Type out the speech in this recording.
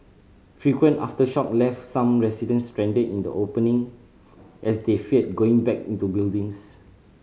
frequent aftershock left some residents stranded in the opening as they feared going back into buildings